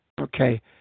okay